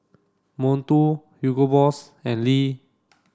Monto Hugo Boss and Lee